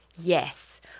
yes